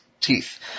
teeth